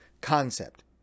concept